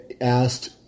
asked